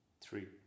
Three